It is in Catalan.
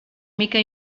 mica